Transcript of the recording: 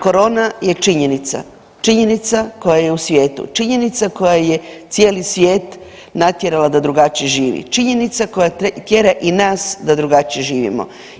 Korona je činjenica, činjenica koja je u svijetu, činjenica koja je cijeli svijet natjerala da drugačije živi, činjenica koja tjera i nas da drugačije živimo.